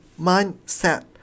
mindset